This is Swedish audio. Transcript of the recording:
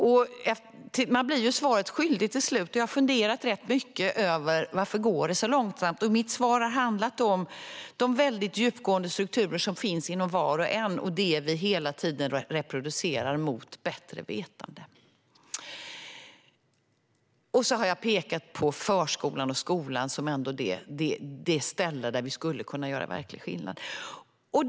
Till slut blir man svaret skyldig. Jag har funderat ganska mycket över varför det går så långsamt. Mitt svar har handlat om de väldigt djupgående strukturer som finns inom var och en och det vi hela tiden reproducerar mot bättre vetande. Jag har även pekat på förskolan och skolan som de ställen där vi skulle kunna göra verklig skillnad.